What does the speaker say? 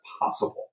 possible